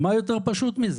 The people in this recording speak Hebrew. מה יותר פשוט מזה?